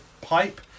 pipe